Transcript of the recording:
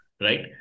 right